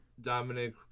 Dominic